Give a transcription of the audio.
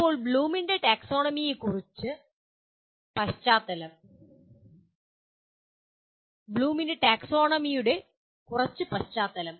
ഇപ്പോൾ ബ്ലൂമിന്റെ ടാക്സോണമിയുടെ കുറച്ച് പശ്ചാത്തലം